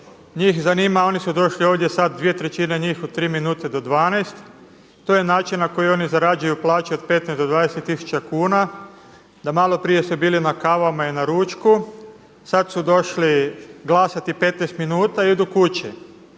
Njih zanima, oni su došli ovdje sada dvije trećine njih u tri minute do dvanaest. To je način na koji oni zarađuju plaću od 15 do 20 tisuća kuna, do malo prije su bili na kavama i na ručku, sada su došli glasati 15 minuta i idu kući.